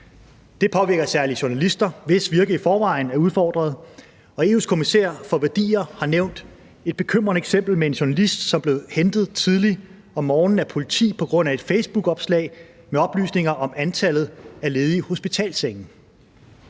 Det påvirker særlig journalister, hvis virke i forvejen er udfordret, og EU's kommissær for værdier har nævnt et bekymrende eksempel med en journalist, som blev hentet tidligt om morgenen af politi på grund af et facebookopslag med oplysninger om antallet af ledige hospitalssenge.